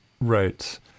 Right